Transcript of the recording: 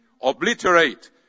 obliterate